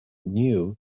knew